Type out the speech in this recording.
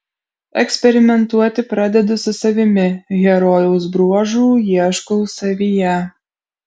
eksperimentuoti pradedu su savimi herojaus bruožų ieškau savyje